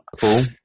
cool